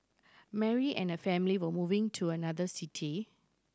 Mary and her family were moving to another city